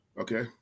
Okay